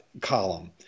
column